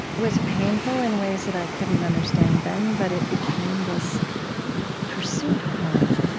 was painful in ways that i couldn't understand then, but it became this pursuit of mine.